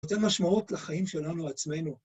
יותר משמעות לחיים שלנו עצמנו.